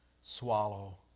swallow